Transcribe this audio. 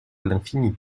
l’infini